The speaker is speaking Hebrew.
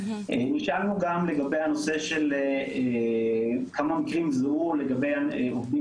נשאלנו גם לגבי הנושא של כמה מקרים זוהו לגבי העובדים